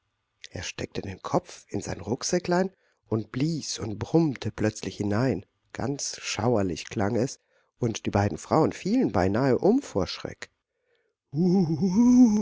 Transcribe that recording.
er steckte den kopf in sein rucksäcklein und blies und brummte plötzlich hinein ganz schauerlich klang es und die beiden frauen fielen beinahe um vor schreck